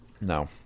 No